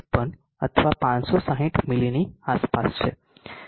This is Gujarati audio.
56 અથવા 560 મિલીની આસપાસ છે